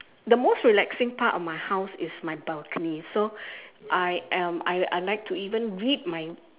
the most relaxing part of my house is my balcony so I am I I like to even read my